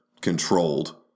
controlled